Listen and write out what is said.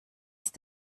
ist